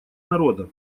народа